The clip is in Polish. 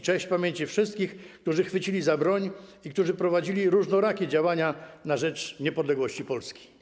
Cześć pamięci wszystkich, którzy chwycili za broń i którzy prowadzili różnorakie działania na rzecz niepodległości Polski.